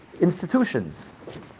institutions